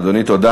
אדוני, תודה.